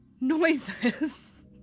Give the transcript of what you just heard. noises